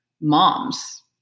moms